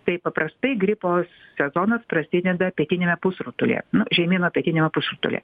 tai paprastai gripo sezonas prasideda pietiniame pusrutulyje nu žemyno pietiniame pusrutulyje